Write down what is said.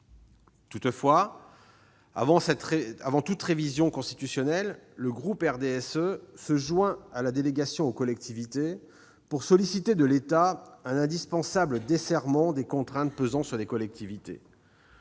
Toutefois, avant toute révision constitutionnelle, le groupe RDSE se joint à la délégation aux collectivités territoriales pour solliciter de l'État un indispensable desserrement des contraintes pesant sur les collectivités.